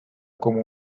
como